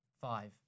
Five